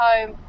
home